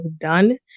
done